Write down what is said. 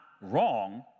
wrong